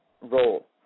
role